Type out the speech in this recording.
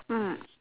mm